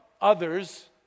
others